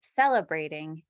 celebrating